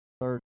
third